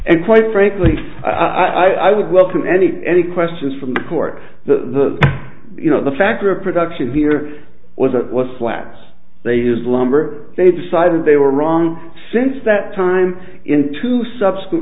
and quite frankly i would welcome any any questions from the court the you know the factor of production here wasn't what flags they used lumber they decided they were wrong since that time in two subs